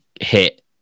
hit